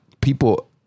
People